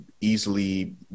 easily